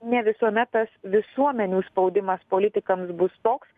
ne visuomet tas visuomenių spaudimas politikams bus toks